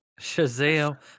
Shazam